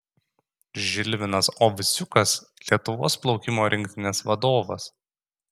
žilvinas ovsiukas lietuvos plaukimo rinktinės vadovas